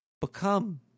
become